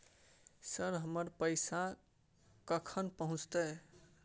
Sir, हमर पैसा कखन पहुंचतै?